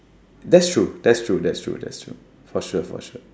that's true that's true that's true that's true for sure for sure